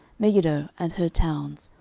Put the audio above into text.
megiddo and her towns,